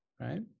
right